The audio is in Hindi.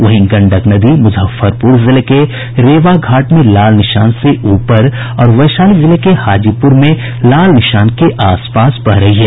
वहीं गंडक नदी मुजफ्फरपुर जिले के रेवाघाट में खतरे के निशान से ऊपर और वैशाली जिले के हाजीपुर में लाल निशान के आसपास बह रही है